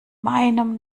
meinem